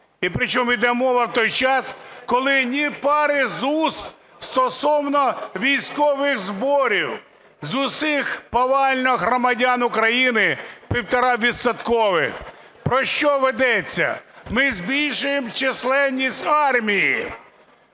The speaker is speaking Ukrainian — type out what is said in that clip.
І причому йде мова в той час, коли ні пари з уст стосовно військових зборів з усіх повально громадян України півторавідсоткових! Про що ведеться? Ми збільшуємо чисельність армії